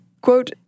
Quote